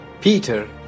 Peter